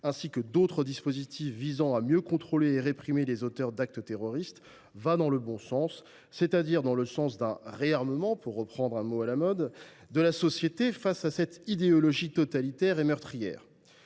ainsi que d’autres dispositifs visant à mieux contrôler et réprimer les auteurs d’actes terroristes, va dans le bon sens, c’est à dire dans le sens d’un « réarmement », pour reprendre un mot à la mode, de la société face à cette idéologie totalitaire et meurtrière.